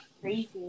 crazy